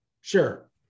Sure